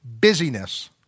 busyness